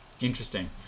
Interesting